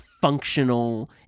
functional